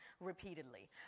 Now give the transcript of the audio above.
repeatedly